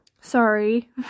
Sorry